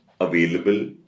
available